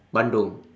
bandung